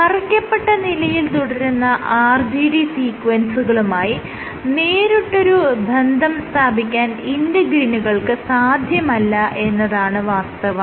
മറയ്ക്കപ്പെട്ട നിലയിൽ തുടരുന്ന RGD സീക്വൻസുകളുമായി നേരിട്ടൊരു ബന്ധം സ്ഥാപിക്കാൻ ഇന്റെഗ്രിനുകൾക്ക് സാധ്യമല്ല എന്നതാണ് വാസ്തവം